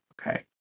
okay